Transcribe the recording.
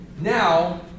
Now